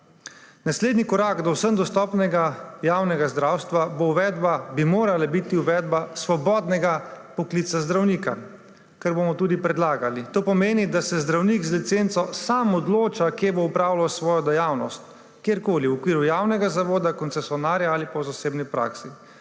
Naslednji korak do vsem dostopnega javnega zdravstva bi morala biti uvedba svobodnega poklica zdravnika, kar bomo tudi predlagali. To pomeni, da se zdravnik z licenco sam odloča, kje bo opravljal svojo dejavnost, kjerkoli, v okviru javnega zavoda, koncesionarja ali pa v zasebni praksi.